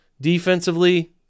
Defensively